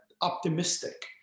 optimistic